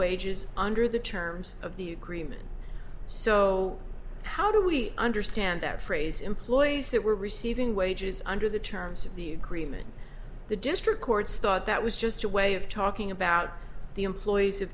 wages under the terms of the agreement so how do we understand that phrase employees that were receiving wages under the terms of the agreement the district court's thought that was just a way of talking about the employees